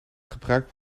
gebruikt